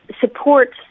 supports